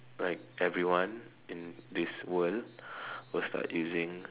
like everyone in this world will start using